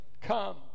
Come